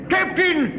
Captain